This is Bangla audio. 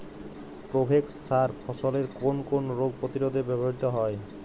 প্রোভেক্স সার ফসলের কোন কোন রোগ প্রতিরোধে ব্যবহৃত হয়?